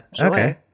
okay